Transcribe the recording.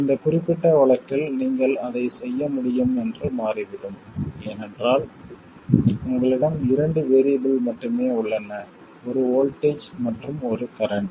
இந்த குறிப்பிட்ட வழக்கில் நீங்கள் அதை செய்ய முடியும் என்று மாறிவிடும் ஏனென்றால் உங்களிடம் இரண்டு வேறியபிள் மட்டுமே உள்ளன ஒரு வோல்ட்டேஜ் மற்றும் ஒரு கரண்ட்